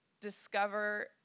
discover